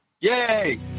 Yay